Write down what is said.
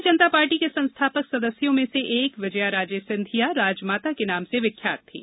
भारतीय जनता पार्टी के संस्थापक सदस्यों में से एक विजया राजे सिंधिया राजमाता के नाम से विख्यात थीं